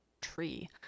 tree